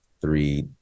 three